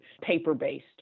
paper-based